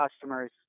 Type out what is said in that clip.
customers